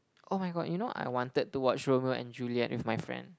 oh my god you know I wanted to watch Romeo and Juliet with my friend